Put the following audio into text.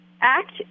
act